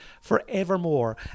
forevermore